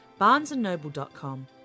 BarnesandNoble.com